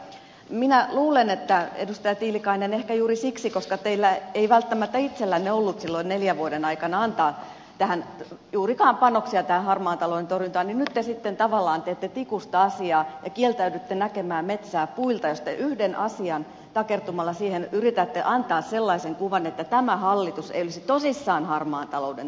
minä luulen edustaja tiilikainen että ehkä juuri siksi koska teillä ei välttämättä itsellänne ollut silloin neljän vuoden aikana antaa juurikaan panoksia tähän harmaan talouden torjuntaan te nyt sitten tavallaan teette tikusta asiaa ja kieltäydytte näkemästä metsää puilta ja yhteen asiaan takertumalla yritätte antaa sellaisen kuvan että tämä hallitus ei olisi tosissaan harmaan talouden torjunnassa